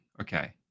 okay